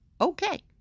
Okay